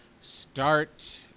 start